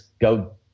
go